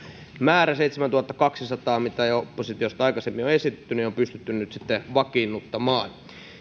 määrä seitsemäntuhattakaksisataa mitä jo oppositiosta aikaisemmin on esitetty on pystytty nyt vakiinnuttamaan